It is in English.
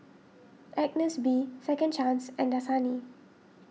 Agnes B Second Chance and Dasani